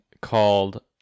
called